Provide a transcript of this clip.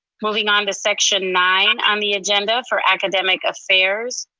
moving on to section nine on the agenda for academic affairs.